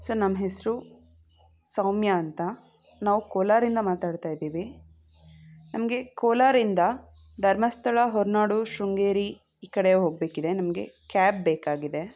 sir ನಮ್ಮ ಹೆಸರು ಸೌಮ್ಯ ಅಂತ ನಾವು ಕೋಲಾರಿಂದ ಮಾತಾಡ್ತಾಯಿದ್ದೀವಿ ನಮಗೆ ಕೋಲಾರಿಂದ ಧರ್ಮಸ್ಥಳ ಹೊರನಾಡು ಶೃಂಗೇರಿ ಈ ಕಡೆ ಹೋಗಬೇಕಿದೆ ನಮಗೆ ಕ್ಯಾಬ್ ಬೇಕಾಗಿದೆ